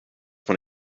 when